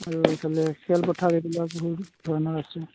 আৰু এইফালে খেলপথাৰ এইবিলাক বহুত ধৰণৰ আছে